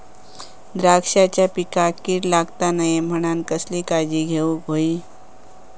द्राक्षांच्या पिकांक कीड लागता नये म्हणान कसली काळजी घेऊक होई?